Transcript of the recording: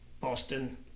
Boston